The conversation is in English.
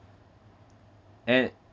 and